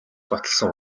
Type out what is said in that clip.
баталсан